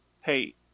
hey